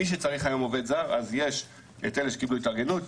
מי שצריך היום עובד זר אז יש את אלה שקיבלו התארגנות,